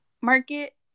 market